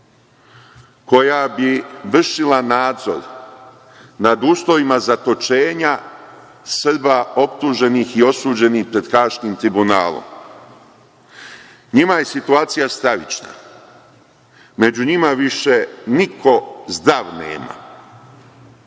koja bi vršila nadzor nad uslovima zatočenja Srba optuženih i osuđenih pred Haškim tribunalom. Njima je situacija stravična. Među njima više niko zdrav nema.